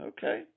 Okay